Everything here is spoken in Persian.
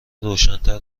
روشنتر